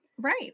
Right